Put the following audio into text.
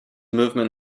movement